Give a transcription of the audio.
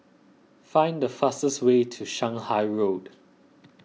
find the fastest way to Shanghai Road